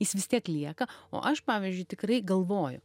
jis vis tiek lieka o aš pavyzdžiui tikrai galvoju